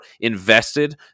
invested